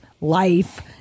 life